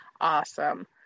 Awesome